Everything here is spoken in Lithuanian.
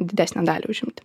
didesnę dalį užimti